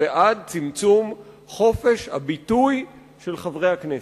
בעד צמצום חופש הביטוי של חברי הכנסת,